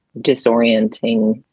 disorienting